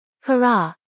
Hurrah